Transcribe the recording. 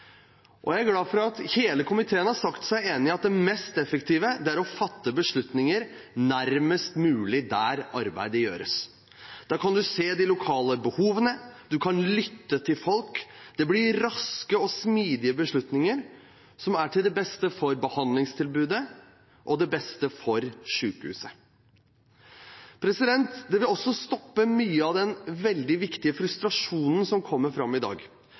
ledelse. Jeg er glad for at hele komiteen har sagt seg enig i at det mest effektive er å fatte beslutninger nærmest mulig der arbeidet gjøres. Da kan man se de lokale behovene, man kan lytte til folk, og det blir raske og smidige beslutninger som er til det beste for behandlingstilbudet og til det beste for sykehuset. Det vil også stoppe mye av den veldig viktige frustrasjonen som kommer fram i dag.